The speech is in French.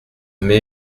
mai